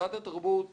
שרת התרבות